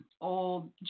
old